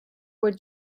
wood